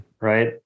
Right